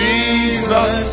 Jesus